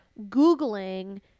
googling